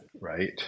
right